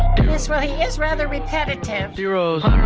yes. well, he is rather repetitive.